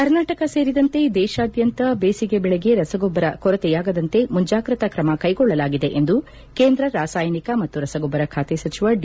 ಕರ್ನಾಟಕ ಸೇರಿದಂತೆ ದೇಶಾದ್ಯಂತ ಬೇಸಿಗೆ ಬೆಳೆಗೆ ರಸಗೊಬ್ಬರ ಕೊರತೆಯಾಗದಂತೆ ಮುಂಜಾಗ್ರತಾ ಕ್ರಮ ಕೈಗೊಳ್ಳಲಾಗಿದೆ ಎಂದು ಕೇಂದ್ರ ರಾಸಾಯನಿಕ ಮತ್ತು ರಸಗೊಬ್ಬರ ಖಾತೆ ಸಚಿವ ಡಿ